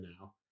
now